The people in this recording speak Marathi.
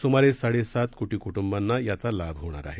स्मारे साडेसात कोटी कुटुंबांना याचा लाभ होणार आहे